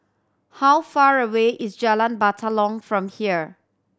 how far away is Jalan Batalong from here